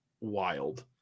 wild